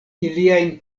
iliajn